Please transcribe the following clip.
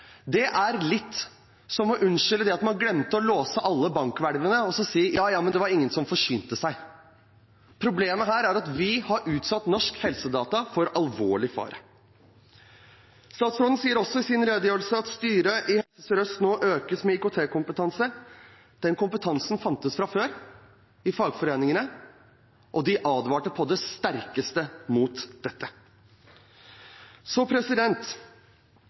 Det er litt som å unnskylde at man glemte å låse alle bankhvelvene og så si at ja, ja, men det var ingen som forsynte seg. Problemet her er at vi har utsatt norske helsedata for alvorlig fare. Statsråden sier også i sin redegjørelse at styret i Helse Sør-Øst nå økes med IKT-kompetanse. Den kompetansen fantes fra før, ifølge fagforeningene, og de advarte på det sterkeste mot dette. Så